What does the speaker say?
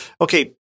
okay